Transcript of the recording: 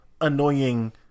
annoying